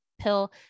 pill